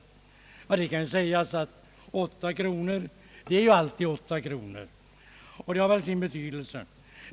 Det kan ju sägas: 8 kronor är alltid 8 kronor, och har väl sin betydelse.